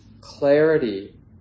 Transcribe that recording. clarity